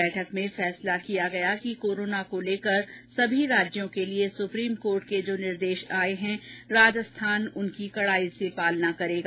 बैठक में फैसला किया गया कि कोरोना को लेकर सभी राज्यों के लिए सुप्रीम कोर्ट के जो निर्देश आए हैं राजस्थान उनकी कड़ाई से पालना करेगा